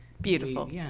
Beautiful